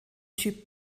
typ